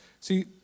See